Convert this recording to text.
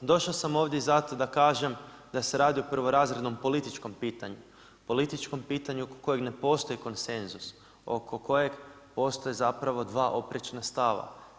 Došao sam ovdje i zato da kažem da se radi o prvorazrednom političkom pitanju, političkom pitanju za kojeg ne postoji konsenzus, oko kojeg postoje zapravo dva oprečna stava.